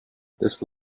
this